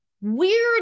weird